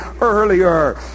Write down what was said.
earlier